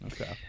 Okay